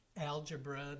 Algebra